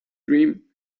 dream